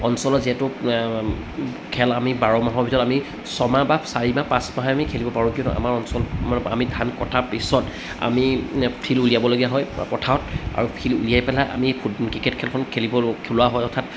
অঞ্চলৰ যিহেতু খেল আমি বাৰ মাহৰ ভিতৰত আমি ছমাহ বা চাৰি মাহ পাঁচ মাহহে আমি খেলিব পাৰোঁ কিন্তু আমাৰ অঞ্চল আমি ধান কটাৰ পিছত আমি ফিল্ড উলিয়াবলগীয়া হয় পথাৰত আৰু ফিল্ড উলিয়াই পেলাই আমি ফুট ক্ৰিকেট খেলখন খেলিব খেলোৱা হয় অৰ্থাৎ